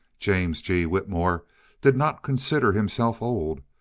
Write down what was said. james g. whitmore did not consider himself old,